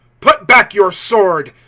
put back your sword.